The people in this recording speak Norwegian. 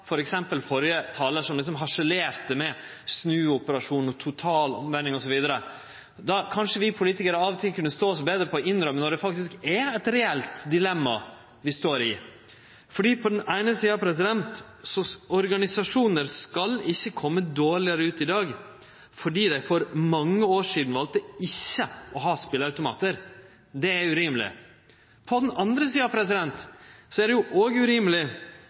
talar som liksom harselerte med «snuoperasjon», totalomvending osv. Kanskje vi politikarar av og til kunne stå oss betre på å innrømme det når det faktisk er eit reelt dilemma vi står i, for på den eine sida skal ikkje organisasjonar kome dårlegare ut i dag fordi dei for mange år sidan valde å ikkje ha speleautomatar. Det er urimeleg. På den andre sida er det òg urimeleg